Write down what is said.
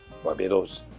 Barbados